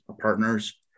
partners